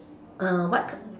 uh whit~